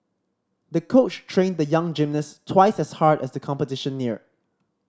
the coach trained the young gymnast twice as hard as the competition neared